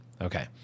Okay